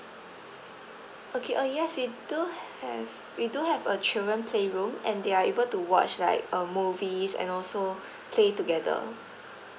okay uh yes we do have we do have a children play room and they're able to watch like um movies and also play together